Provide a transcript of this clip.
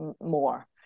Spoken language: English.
more